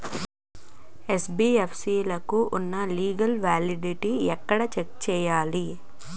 NBFC లకు ఉన్నా legal validity ఎక్కడ చెక్ చేయాలి?